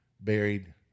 buried